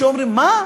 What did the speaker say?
שאומרים: מה,